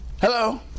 Hello